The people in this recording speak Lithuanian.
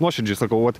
nuoširdžiai sakau vat